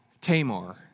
Tamar